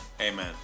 Amen